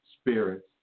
spirits